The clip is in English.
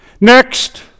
Next